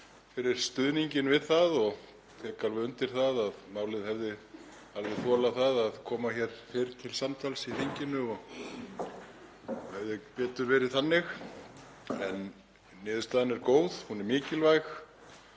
fyrir stuðninginn við það. Ég tek undir að málið hefði alveg þolað það að koma fyrr til samtals í þinginu og hefði betur verið þannig. En niðurstaðan er góð, hún er mikilvæg.